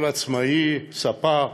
כל עצמאי, ספר,